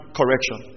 correction